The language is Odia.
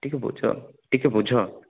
ଟିକେ ବୁଝ ଟିକେ ବୁଝ